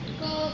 go